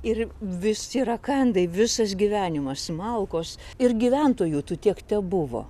ir visi rakandai visas gyvenimas malkos ir gyventojų tų tiek tebuvo